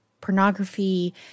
pornography